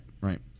Right